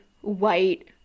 white